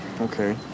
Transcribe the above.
Okay